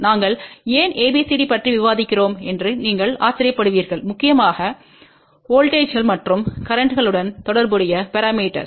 நாங்கள் ஏன் ABCD பற்றி விவாதிக்கிறோம் என்று நீங்கள் ஆச்சரியப்படுவீர்கள் முக்கியமாக வோல்ட்டேஜ்ங்கள் மற்றும் கரேன்ட்ஸ்ங்களுடன் தொடர்புடைய பரமீட்டர்ஸ்